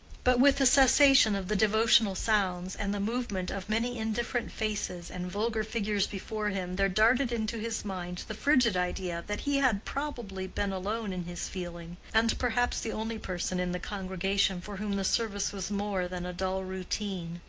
but with the cessation of the devotional sounds and the movement of many indifferent faces and vulgar figures before him there darted into his mind the frigid idea that he had probably been alone in his feeling, and perhaps the only person in the congregation for whom the service was more than a dull routine.